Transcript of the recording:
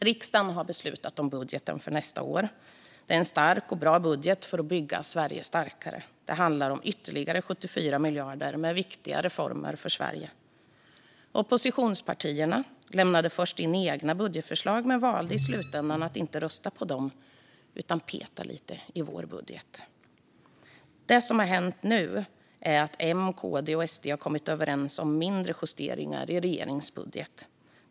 Riksdagen har beslutat om budgeten för nästa år. Det är en stark och bra budget för att bygga Sverige starkare. Det handlar om ytterligare 74 miljarder med viktiga reformer för Sverige. Oppositionspartierna lämnade först in egna budgetförslag men valde i slutändan att inte rösta på dem utan peta lite i vår budget. Det som har hänt nu är att M, KD och SD har kommit överens om mindre justeringar i regeringens budget.